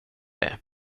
det